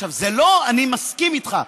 עכשיו, זה לא, אני מסכים איתך,